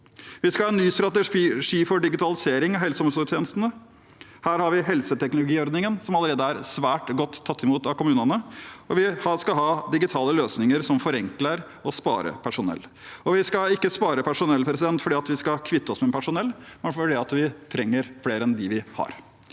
Vi skal ha en ny strategi for digitalisering av helseog omsorgstjenestene. Her har vi helseteknologiordningen, som allerede er svært godt tatt imot av kommunene, og vi skal ha digitale løsninger som forenkler, og som sparer personell. Vi skal ikke spare personell fordi vi skal kvitte oss med personell, men fordi vi trenger flere enn dem vi har.